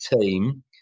team